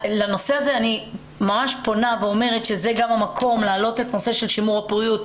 אני ממש פונה ואומרת שזה גם המקום להעלות את הנושא של שימור הפוריות,